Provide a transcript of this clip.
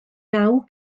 naw